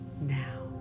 Now